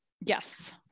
Yes